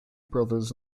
brothers